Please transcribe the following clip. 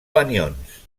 anions